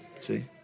see